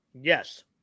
Yes